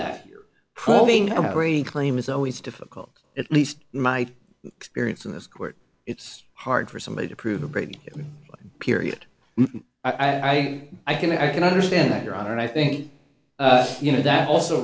brain claim is always difficult at least in my experience in this court it's hard for somebody to prove a break in period i i i can i can understand that your honor and i think you know that also